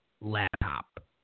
laptop